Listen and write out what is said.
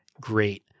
great